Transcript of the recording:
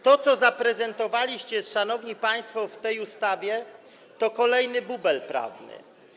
To, co zaprezentowaliście, szanowni państwo, w tej ustawie, to jest kolejny bubel prawny.